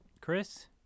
Chris